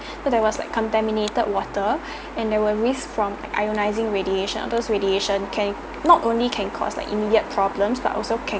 but there was like contaminated water and there were risks from ionizing radiation those radiation can not only can cost like immediate problems but also can